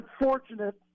unfortunate